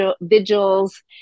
vigils